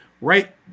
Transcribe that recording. right